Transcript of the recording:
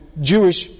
Jewish